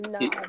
No